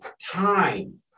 time